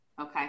okay